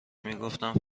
میگفتم